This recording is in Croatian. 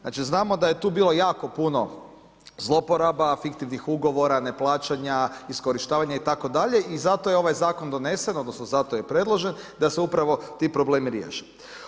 Znamo da je tu bilo jako puno zloporaba, fiktivnih ugovora, neplaćanja, iskorištavanja itd. i zato je ovaj zakon donesen zato je predložen da se upravo ti problemi riješe.